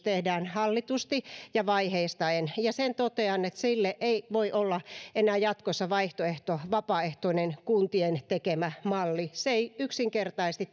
uudistuksen hallitusti ja vaiheistaen ja sen totean että sille ei voi olla enää jatkossa vaihtoehto vapaaehtoinen kuntien tekemä malli siitä ei yksinkertaisesti